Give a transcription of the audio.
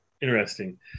interesting